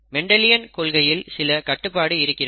Mendelian கொள்கையில் சில கட்டுப்பாடு இருக்கிறது